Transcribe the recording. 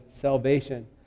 salvation